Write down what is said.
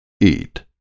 eat